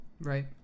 Right